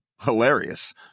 hilarious